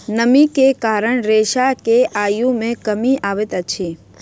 नमी के कारण रेशा के आयु मे कमी अबैत अछि